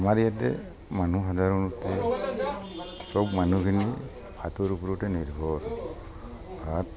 আমাৰ ইয়াতে মানুহ সাধাৰণতে চব মানুহখিনি ভাতৰ ওপৰতে নিৰ্ভৰ ভাত